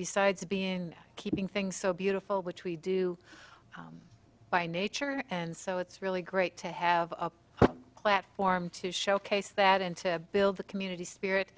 besides being in keeping things so beautiful which we do by nature and so it's really great to have a platform to showcase that and to build the community spirit